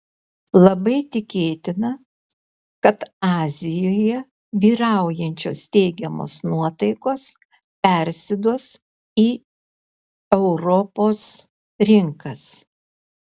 labai tikėtina kad azijoje vyraujančios teigiamos nuotaikos persiduos į į europos rinkas